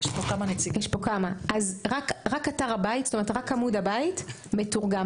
רק עמוד הבית מתורגם.